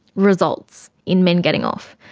results in men getting off,